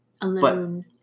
Alone